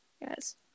Yes